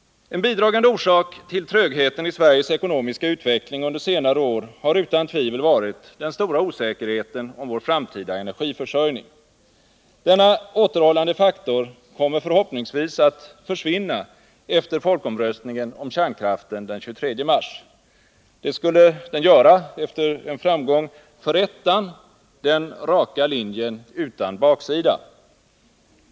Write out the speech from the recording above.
En bidragande orsak till trögheten i Sveriges ekonomiska utveckling under senare år har utan tvivel varit den stora osäkerheten om vår framtida energiförsörjning. Denna återhållande faktor kommer förhoppningsvis att försvinna efter folkomröstningen om kärnkraften den 23 mars. Det skulle den göra efter en framgång för ”Ettan” — den raka linjen utan baksida.